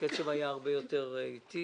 הקצב היה הרבה יותר איטי